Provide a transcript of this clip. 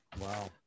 Wow